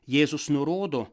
jėzus nurodo